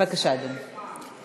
בבקשה, אדוני.